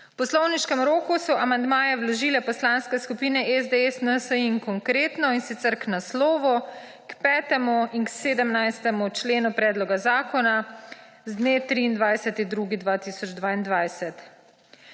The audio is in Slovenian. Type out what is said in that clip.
V poslovniškem roku so amandmaje vložile poslanske skupine SDS, NSi in Konkretno, in sicer k naslovu, k 5. in k 17. členu predloga zakona z dne 23. 2. 2022.